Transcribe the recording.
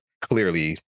clearly